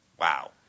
Wow